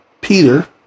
Peter